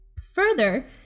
Further